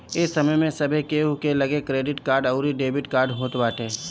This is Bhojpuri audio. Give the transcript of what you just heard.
ए समय में सभे केहू के लगे क्रेडिट कार्ड अउरी डेबिट कार्ड होत बाटे